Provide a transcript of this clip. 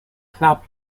club